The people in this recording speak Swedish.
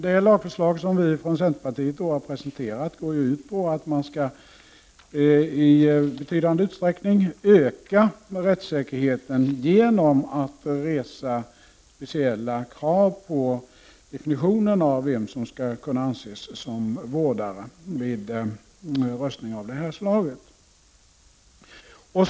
Det lagförslag vi från centerpartiet presenterat går ut på att i betydande utsträckning öka rättssäkerheten genom att resa speciella krav på definitionen av vem som skall kunna anses som vårdare vid röstning av detta slag.